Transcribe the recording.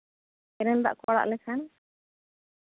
canal ᱫᱟᱜ ᱠᱚ ᱟᱲᱟᱜ ᱞᱮᱠᱷᱟᱱ